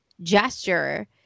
gesture